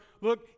look